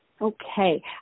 Okay